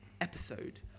episode